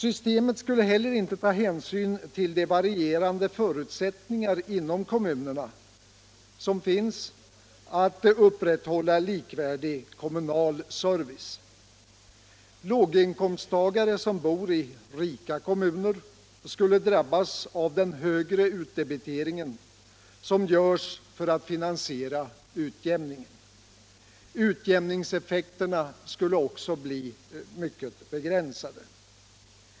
Systemet skulle heller inte ta hänsyn till de varierande förutsättningarna inom kommunerna när det gäller att upprätthålla likvärdig kommunal service. Låginkomsttagare som bor i rika kommuner skulle drabbas av den högre utdebitering som görs för att finansiera utjämningen. Utjämningseffekterna skulle även bli mycket begränsade.